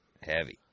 Heavy